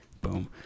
Boom